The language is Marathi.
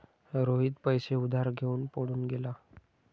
रोहित पैसे उधार घेऊन पळून गेला